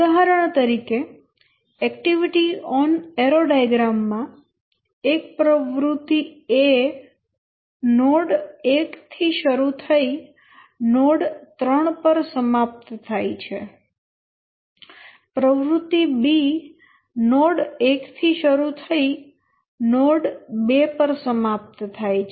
ઉદાહરણ તરીકે activity on arrow diagram માં એક પ્રવૃત્તિ A નોડ 1 થી શરૂ થઈ નોડ 3 પર સમાપ્ત થાય છે પ્રવૃત્તિ B નોડ 1 થી શરૂ થઈ નોડ 2 પર સમાપ્ત થાય છે